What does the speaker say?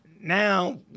Now